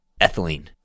ethylene